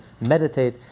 meditate